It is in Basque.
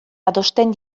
adosten